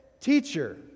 teacher